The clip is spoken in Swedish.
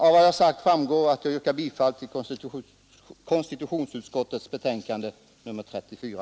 Av vad jag sagt framgår att jag yrkar bifall till konstitutionsutskottets betänkande nr 34.